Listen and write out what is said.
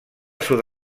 sud